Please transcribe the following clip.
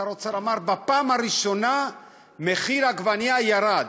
שר האוצר אמר: בפעם הראשונה מחיר העגבנייה ירד.